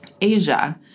Asia